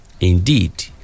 Indeed